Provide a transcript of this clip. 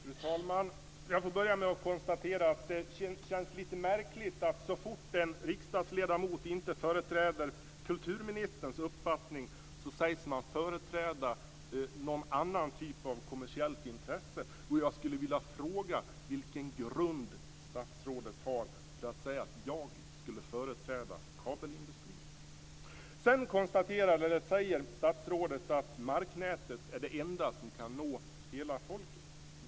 Fru talman! Jag får börja med att konstatera att det känns lite märkligt att så fort man som riksdagsledamot inte företräder kulturministerns uppfattning sägs man företräda någon typ av kommersiellt intresse. Jag skulle vilja fråga vilken grund statsrådet har för att säga att jag skulle företräda kabelindustrin. Sedan säger statsrådet att marknätet är det enda som kan nå hela folket.